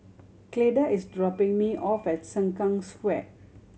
Cleda is dropping me off at Sengkang Square